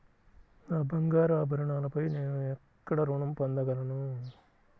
నా బంగారు ఆభరణాలపై నేను ఎక్కడ రుణం పొందగలను?